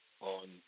on